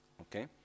Okay